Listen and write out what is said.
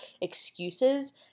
excuses